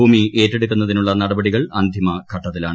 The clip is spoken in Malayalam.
ഭൂമി ഏറ്റെടുക്കുന്നതിനുള്ള അന്തിമഘട്ടത്തിലാണ്